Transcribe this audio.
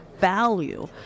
value